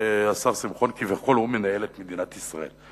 השר שמחון, הוא מנהל את מדינת ישראל.